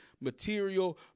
material